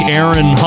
Aaron